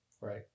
right